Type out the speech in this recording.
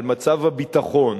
על מצב הביטחון,